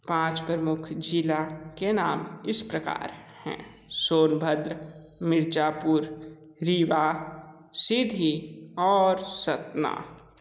पाँच प्रमुख जिला के नाम इस प्रकार हैं सोनभद्र मिर्जापुर रीवा सीधी और सतना